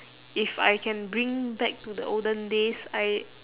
if I can bring back to the olden days I